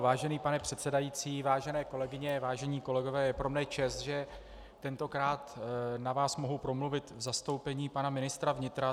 Vážený pane předsedající, vážené kolegyně, vážení kolegové, je pro mne čest, že tentokrát na vás mohu promluvit v zastoupení pana ministra vnitra.